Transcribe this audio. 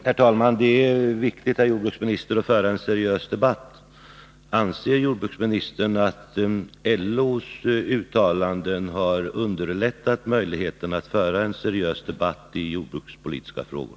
Herr talman! Det är viktigt, herr jordbruksminister, att föra en seriös debatt. Anser jordbruksministern att LO:s uttalanden har ökat möjligheterna att föra en seriös debatt i jordbrukspolitiska frågor?